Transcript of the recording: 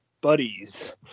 buddies